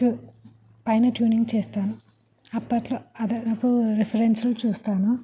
ట్యూ పైన ట్యూనింగ్ చేస్తాను అప్పట్లో అదపు రిఫరెన్సులు చూస్తాను